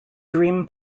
dream